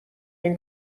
این